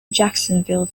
jacksonville